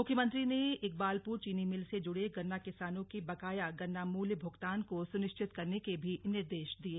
मुख्यमंत्री ने इकबालपुर चीनी मिल से जुड़े गन्ना किसानों के बकाया गन्ना मूल्य भुगतान को सुनिश्चित करने के भी निर्देश दिये